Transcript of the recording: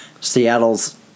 seattle's